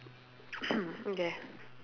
hmm okay